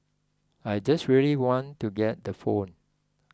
I just really want to get the phone